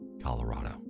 Colorado